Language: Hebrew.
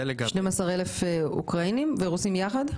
12,000 אוקראינים ורוסים יחד?